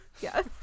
yes